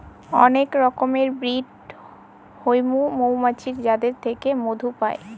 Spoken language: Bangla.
অনেক রকমের ব্রিড হৈমু মৌমাছির যাদের থেকে মধু পাই